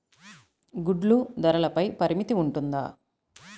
గుడ్లు ధరల పై పరిమితి ఉంటుందా?